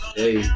hey